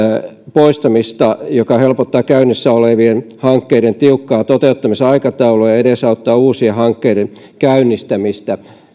poistamista joka helpottaa käynnissä olevien hankkeiden tiukkaa toteuttamisaikataulua ja edesauttaa uusien hankkeiden käynnistämistä